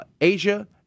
Asia